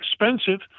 expensive